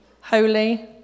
holy